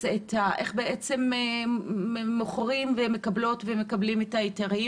איך מוכרים ומקבלות ומקבלים את ההיתרים